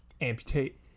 amputate